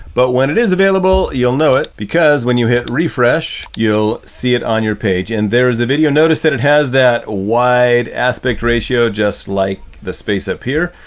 but when it is available, you'll know it because when you hit refresh, you'll see it on your page. and there is a video notice that it has that wide aspect ratio, just like the space up here.